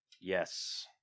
Yes